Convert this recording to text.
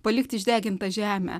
palikti išdegintą žemę